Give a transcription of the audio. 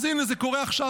אז הינה, זה קורה עכשיו.